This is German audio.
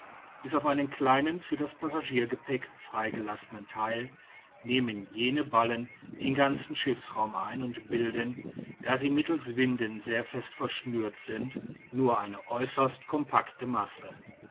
bis auf einen kleinen für das passagiergepäck freigelassenen theil nehmen jene ballen den ganzen schiffsraum ein und bilden da sie mittels winden sehr fest verschnürt sind nur eine äußerst compacte masse